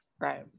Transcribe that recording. Right